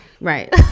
Right